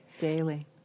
daily